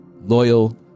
loyal